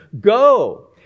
Go